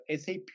SAP